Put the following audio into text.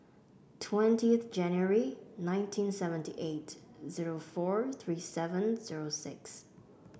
twentieth January nineteen seventy eight zero four three seven zero six